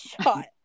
shot